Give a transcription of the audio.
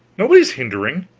nobody's hindering.